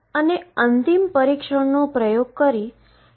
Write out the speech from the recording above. અને તે eigen energy અને આઈગન ફંક્શન આપે છે